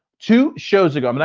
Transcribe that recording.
two shows ago, i'm and